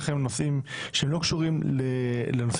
שבכל כמה ימים הם נחשפים יותר ויותר.